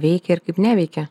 veikia ir kaip neveikia